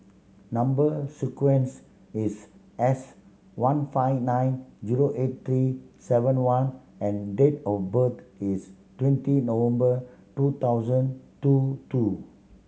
number sequence is S one five nine zero eight three seven one and date of birth is twenty November two thousand two two